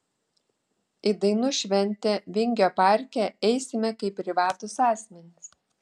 į dainų šventę vingio parke eisime kaip privatūs asmenys